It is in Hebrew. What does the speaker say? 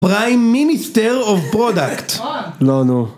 פריים מיניסטר אוף פרודקט מה? לא, נו